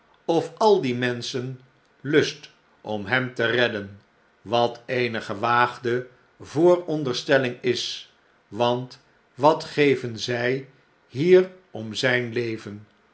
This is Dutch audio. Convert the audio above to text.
of al die menschen lust om hem te redden wat eene gewaagde vooronderstelling is want wat geven zij hier om zjjn leven